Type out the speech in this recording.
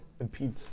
impede